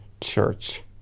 church